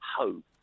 hope